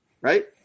Right